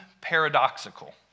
paradoxical